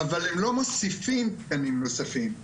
אבל הם לא מוסיפים תקנים נוספים.